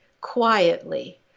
quietly